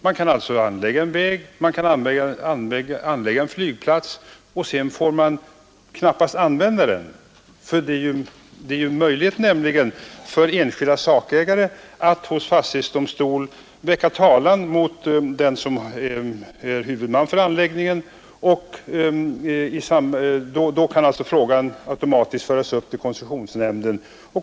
Man kan anlägga en väg eller en flygplats, och sedan får man knappast använda den, ty det är möjligt för enskilda sakägare att hos fastighetsdomstol väcka talan mot den som är huvudman för anläggningen. Då kan alltså frågan automatiskt föras upp till koncessionsnämnden.